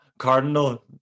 Cardinal